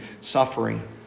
suffering